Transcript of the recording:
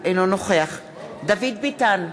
אינו נוכח דוד ביטן,